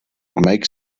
makes